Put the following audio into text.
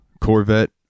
Corvette